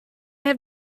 have